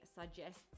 suggests